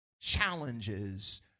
challenges